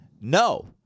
no